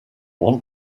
want